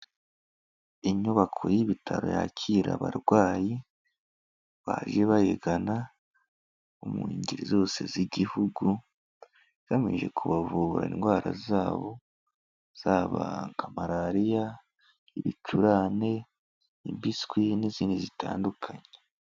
Inyubako y'ibitaro yakira abarwayi baje bayigana mu ngeri zose z'igihugu, igamije kubavura indwara zabo, zaba nka malariya, ibicurane, impiswi n'izindi zitandukanye.